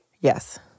Yes